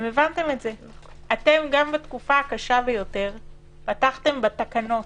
גם בתקופה הקשה ביותר פתחתם בתקנות